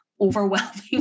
overwhelming